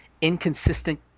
Inconsistent